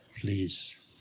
please